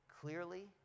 clearly